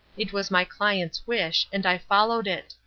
it was my client's wish, and i followed it.